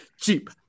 cheap